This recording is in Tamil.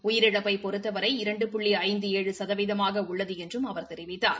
உயிரிழப்பை பொறுத்தவரை இரண்டு புள்ளி ஐந்து ஏழு சதவீதமாக உள்ளது என்றும் அவா தெரிவித்தார்